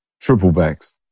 triple-vax